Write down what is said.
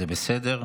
זה בסדר.